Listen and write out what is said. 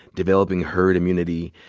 developing herd immunity.